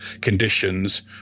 conditions